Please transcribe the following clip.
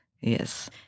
yes